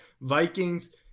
Vikings